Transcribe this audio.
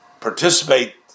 participate